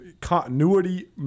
Continuity